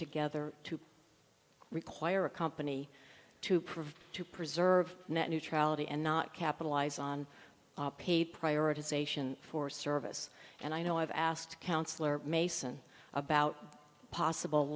together to require a company to provide to preserve net neutrality and not capitalise on pay prioritization for service and i know i've asked councilor mason about possible